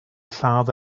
lladd